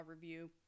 Review